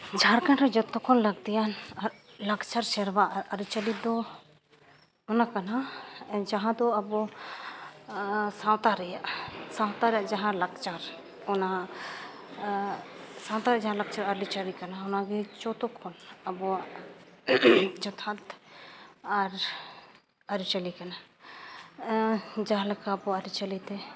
ᱡᱷᱟᱲᱠᱷᱚᱸᱰ ᱨᱮ ᱡᱷᱚᱛᱚ ᱠᱷᱚᱱ ᱞᱟᱹᱠᱛᱤᱭᱟᱱ ᱞᱟᱠᱪᱟᱨ ᱥᱮᱨᱣᱟ ᱟᱹᱨᱤᱪᱟᱹᱞᱤ ᱫᱚ ᱚᱱᱟ ᱠᱟᱱᱟ ᱡᱟᱦᱟᱸ ᱫᱚ ᱟᱵᱚ ᱥᱟᱶᱛᱟ ᱨᱮᱭᱟᱜ ᱥᱟᱶᱛᱟ ᱨᱮᱭᱟᱜ ᱡᱟᱦᱟᱸ ᱞᱟᱠᱪᱟᱨ ᱚᱱᱟ ᱥᱟᱶᱛᱟ ᱨᱮᱭᱟᱜ ᱡᱟᱦᱟᱸ ᱞᱟᱠᱪᱟᱨ ᱟᱹᱨᱤᱪᱟᱹᱞᱤ ᱠᱟᱱᱟ ᱚᱱᱟ ᱜᱮ ᱡᱷᱚᱛᱚ ᱠᱷᱚᱱ ᱟᱵᱚᱣᱟᱜ ᱡᱚᱛᱷᱟᱛ ᱟᱨ ᱟᱹᱨᱤᱪᱟᱹᱞᱤ ᱠᱟᱱᱟ ᱡᱟᱦᱟᱸᱞᱮᱠᱟ ᱟᱵᱚᱣᱟᱜ ᱟᱹᱨᱤᱪᱟᱹᱞᱤ ᱛᱮ